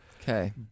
Okay